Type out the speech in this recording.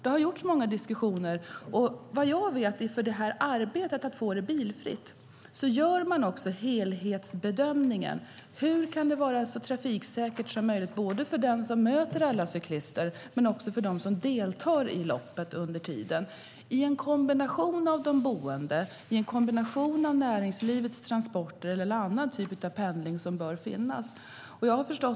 Det har varit många diskussioner. Vad jag vet är att man i arbetet för att få det bilfritt gör en helhetsbedömning av hur det kan bli så trafiksäkert som möjligt för deltagarna men också för dem som möter cyklisterna - detta i kombination med de boende, näringslivets transporter och annan typ av pendling som bör finnas.